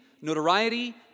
notoriety